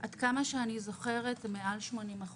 עד כמה שאני זוכרת, זה מעל ל-80%.